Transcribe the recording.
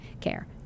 care